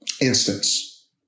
instance